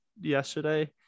yesterday